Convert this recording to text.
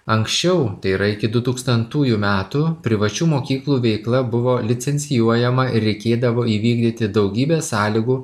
anksčiau tai yra iki du tūkstantųjų metų privačių mokyklų veikla buvo licencijuojama ir reikėdavo įvykdyti daugybę sąlygų